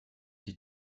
die